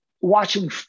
watching